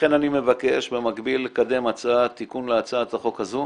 לכן אני מבקש במקביל לקדם תיקון להצעת החוק הזו